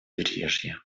побережье